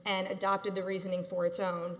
and adopted the reasoning for its own